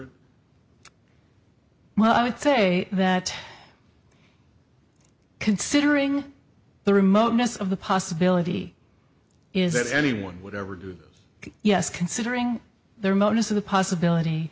well i would say that considering the remoteness of the possibility is that anyone would ever do yes considering their motives for the possibility